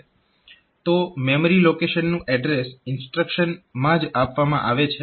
તો મેમરી લોકેશનનું એડ્રેસ ઇન્સ્ટ્રક્શનમાં જ આપવામાં આવે છે